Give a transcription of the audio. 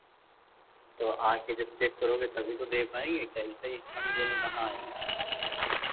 तो आके जब चेक करोगे तभी तो दे पाएंगे क्या ऐसे ही हम देने कहाँ आएंगे